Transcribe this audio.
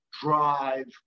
drive